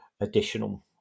additional